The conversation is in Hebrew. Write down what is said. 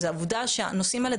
זו העובדה שהנושאים האלה,